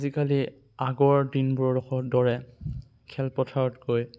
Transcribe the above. আজিকালি আগৰ দিনবোৰৰ দৰে খেলপথাৰত গৈ